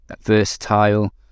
versatile